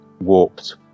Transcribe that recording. warped